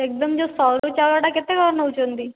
ଏକ୍ଦମ୍ ଯେଉଁ ସରୁ ଚାଉଳଟା କେତେ କ'ଣ ନେଉଛନ୍ତି